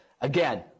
again